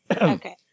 Okay